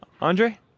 Andre